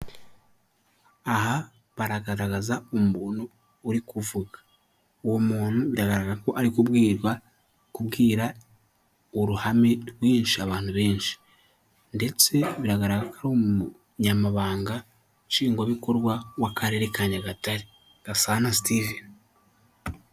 Aha baragaragaza umuntu uri kuvuga, uwo muntu biragaragara ko ari kubwirwa kubwira uruhame rwinshi abantu benshi ndetse biragaragara ko ari umuyamabanga nshingwabikorwa w'akarere ka Nyagatare Gasana Steven.